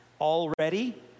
already